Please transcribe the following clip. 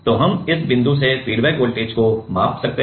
तो हम इस बिंदु से फीडबैक वोल्टेज को माप सकते हैं